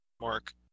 mark